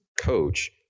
coach